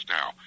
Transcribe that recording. now